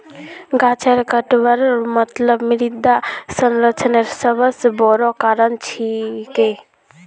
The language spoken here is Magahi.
गाछेर कटवार मतलब मृदा क्षरनेर सबस बोरो कारण छिके